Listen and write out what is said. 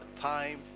time